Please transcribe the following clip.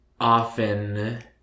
often